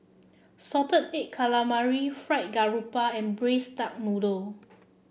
Salted Egg Calamari Fried Garoupa and Braised Duck Noodle